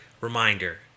reminder